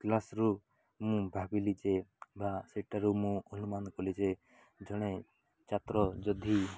କ୍ଲାସରୁ ମୁଁ ଭାବିଲି ଯେ ବା ସେଠାରୁ ମୁଁ ଅନୁମାନ କଲି ଯେ ଜଣେ ଛାତ୍ର ଯଦି